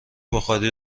بخاری